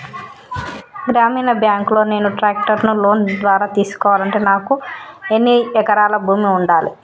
గ్రామీణ బ్యాంక్ లో నేను ట్రాక్టర్ను లోన్ ద్వారా తీసుకోవాలంటే నాకు ఎన్ని ఎకరాల భూమి ఉండాలే?